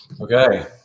Okay